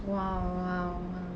!wow! !wow! !wow!